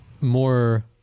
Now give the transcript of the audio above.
more